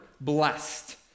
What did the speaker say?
blessed